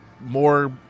more